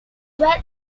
were